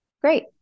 Great